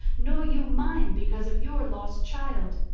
nor you mine because of your lost child.